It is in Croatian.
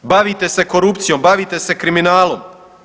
Bavite se korupcijom, bavite se kriminalom.